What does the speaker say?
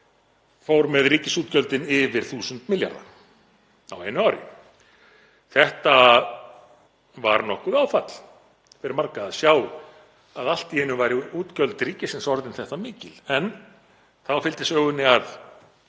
fór með ríkisútgjöldin yfir 1.000 milljarða á einu ári. Það var nokkuð áfall fyrir marga að sjá að allt í einu væru útgjöld ríkisins orðin þetta mikil en þá fylgdi sögunni að